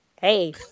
Hey